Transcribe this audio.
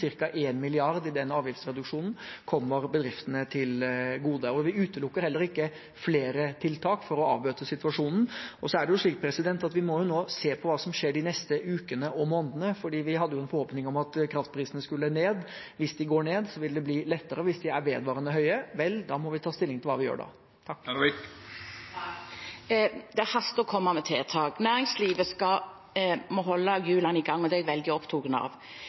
den avgiftsreduksjonen kommer bedriftene til gode. Vi utelukker heller ikke flere tiltak for å avbøte situasjonen. Vi må nå se på hva som skjer de neste ukene og månedene. Vi hadde en forhåpning om at kraftprisene skulle gå ned. Hvis de går ned, vil det bli lettere. Hvis de er vedvarende høye, må vi ta stilling til hva vi gjør da. Det haster å komme med tiltak. Næringslivet må holde hjulene i gang – det er jeg veldig opptatt av.